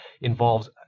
involves